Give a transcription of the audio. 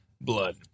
blood